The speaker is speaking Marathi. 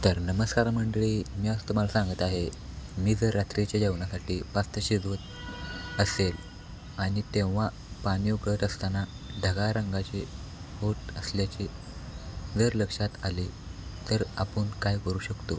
तर नमस्कार मंडळी मी आज तुम्हाला सांगत आहे मी जर रात्रीच्या जेवणासाठी पास्ता शिजवत असेल आणि तेव्हा पाणी उकळत असताना ढगाळ रंगाचे होत असल्याचे जर लक्षात आले तर आपण काय करू शकतो